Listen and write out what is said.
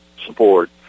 support